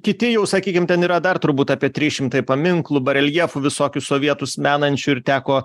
kiti jau sakykim ten yra dar turbūt apie trys šimtai paminklų bareljefų visokių sovietus menančių ir teko